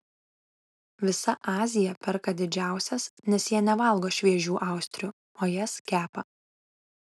visa azija perka didžiausias nes jie nevalgo šviežių austrių o jas kepa